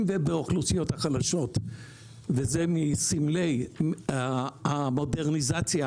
ובאוכלוסיות החלשות וזה מסמלי המודרניזציה,